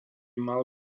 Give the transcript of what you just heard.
mal